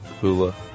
hula